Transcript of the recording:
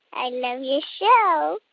i love your show